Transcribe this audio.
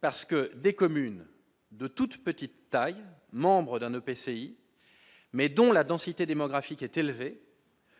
parce que des communes de toute petite taille, membre d'un EPCI mais dont la densité démographique était levée.